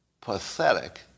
pathetic